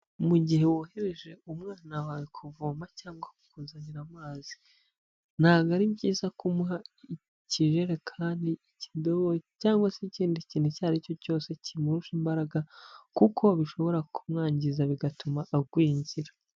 Mu gihe wohereje umwana wawe kuvoma cyangwa kukuzanira amazi ntabwo ari byiza umuha ikirerekani, ikidobo cyangwa se ikindi kintu icyo ari cyo cyose kimurusha imbaraga kuko bishobora kumwangiza bigatuma agwingira.